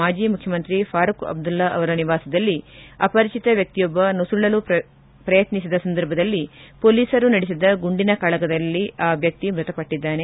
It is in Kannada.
ಮಾಜಿ ಮುಖ್ಯಮಂತ್ರಿ ಫಾರೂಕ್ ಅಬ್ದುಲ್ ಅವರ ನಿವಾಸದಲ್ಲಿ ಅಪರಿಚಿತ ವ್ಚಕ್ತಿಯೊಬ್ಬ ನುಸುಳಲು ಪ್ರವೇಶಿಸಿದ ಸಂದರ್ಭದಲ್ಲಿ ಪೊಲೀಸರು ನಡೆಸಿದ ಗುಂಡಿನ ಕಾಳಗದಲ್ಲಿ ಆ ವ್ಯಕ್ತಿ ಮೃತಪಟ್ಟದ್ದಾರೆ